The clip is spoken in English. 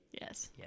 Yes